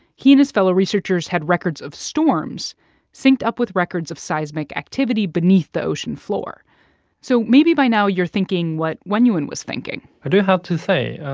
he and his fellow researchers had records of storms synced up with records of seismic activity beneath the ocean floor so maybe by now you're thinking what wenyuan was thinking. i do have to say.